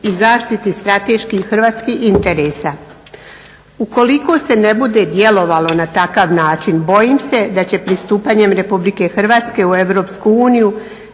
i zaštiti strateških hrvatskih interesa. Ukoliko se ne bude djelovalo na takav način bojim se da će pristupanjem Republike Hrvatske u